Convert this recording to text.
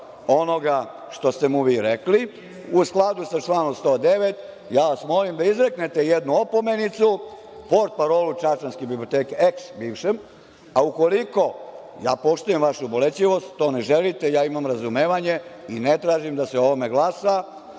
onoga što ste mu vi rekli, u skladu sa članom 109, ja vas molim da mu izreknete jednu opomenicu potparolu čačanske biblioteke, eks, bivšem, a ukoliko, ja poštujem vašu bolečivost, to ne želite, ja imam razumevanje i ne tražim da se o ovome glasa